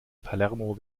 palermo